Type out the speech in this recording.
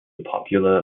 popular